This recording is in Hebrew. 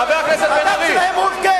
חבר הכנסת בן-ארי, אתה אפילו לא במקומך.